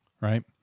Right